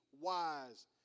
wise